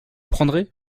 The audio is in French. prendrez